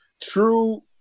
true